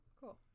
cool